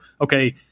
okay